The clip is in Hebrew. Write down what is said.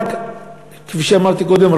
כפי שאמרתי קודם,